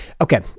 Okay